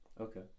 Okay